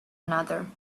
another